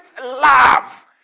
love